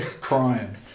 crying